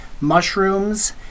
mushrooms